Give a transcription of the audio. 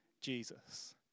Jesus